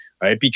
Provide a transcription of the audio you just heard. right